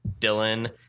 Dylan